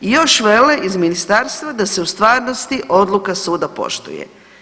I još vele iz ministarstva da se u stvarnosti odluka suda poštuje.